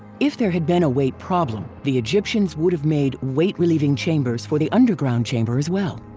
if there had been a weight problem, the egyptians would have made weight-relieving chambers for the underground chamber as well.